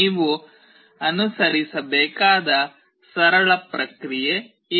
ನೀವು ಅನುಸರಿಸಬೇಕಾದ ಸರಳ ಪ್ರಕ್ರಿಯೆ ಇದು